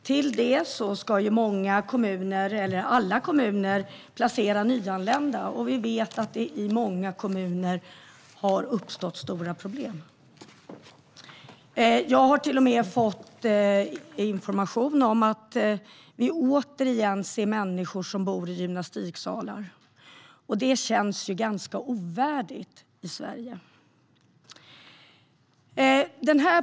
Till det kommer att många kommuner - eller alla kommuner - ska placera nyanlända, och vi vet att det i många kommuner har uppstått stora problem. Jag har till och med fått information om att det återigen är människor som bor i gymnastiksalar. Det känns ganska ovärdigt i Sverige.